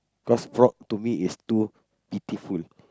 cause frog to me is too pitiful